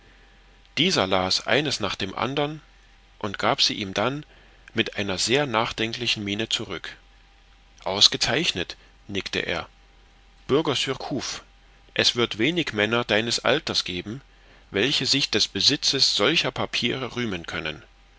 dieser las eines nach dem andern und gab sie ihm dann mit einer sehr nachdenklichen miene zurück ausgezeichnet nickte er bürger surcouf es wird wenig männer deines alters geben welche sich des besitzes solcher papiere rühmen können